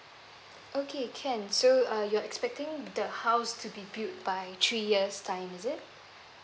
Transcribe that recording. okay can so uh you're expecting the house to be built by three years time is it